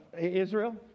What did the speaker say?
Israel